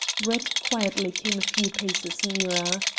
brett quietly came a few paces nearer.